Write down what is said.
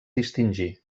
distingir